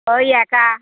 ওই একা